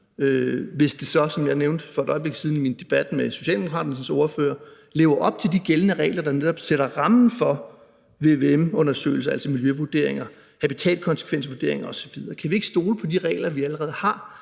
ordfører, lever op til de gældende regler, der netop sætter rammen for vvm-undersøgelser, altså miljøvurderinger, habitatkonsekvensvurderinger osv.? Kan vi ikke stole på de regler, vi allerede har?